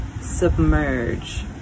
submerge